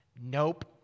Nope